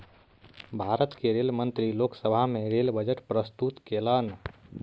भारत के रेल मंत्री लोक सभा में रेल बजट प्रस्तुत कयलैन